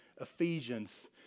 Ephesians